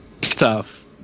tough